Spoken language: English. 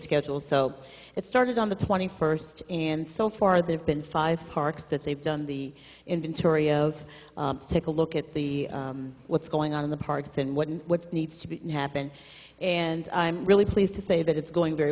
schedule so it started on the twenty first and so far they've been five parks that they've done the inventory of take a look at the what's going on in the parks and what needs to happen and i'm really pleased to say that it's going very